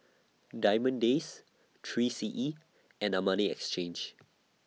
Diamond Days three C E and Armani Exchange